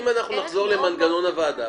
נחזור למנגנון הוועדה.